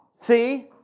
see